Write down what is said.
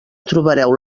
trobareu